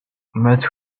matt